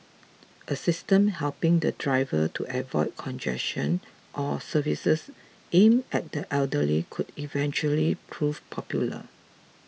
a system helping the driver to avoid congestion or services aimed at the elderly could eventually prove popular